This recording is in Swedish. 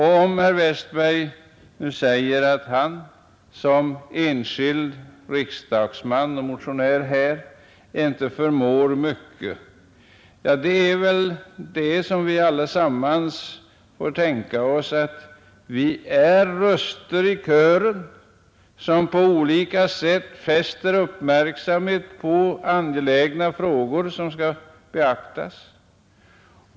Herr Westberg i Ljusdal säger att han som enskild riksdagsman och motionär inte förmår mycket. Vi får väl alla tänka oss att vi är röster i kören som på olika sätt fäster uppmärksamheten på angelägna frågor som skall beaktas.